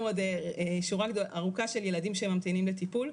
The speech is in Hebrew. עוד שורה ארוכה של ילדים שממתינים לטיפול,